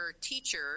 teacher